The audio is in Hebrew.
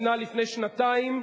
נתנה לפני שנתיים,